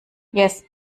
yes